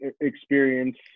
experience